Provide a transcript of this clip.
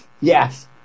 Yes